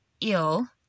ill